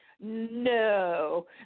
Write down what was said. No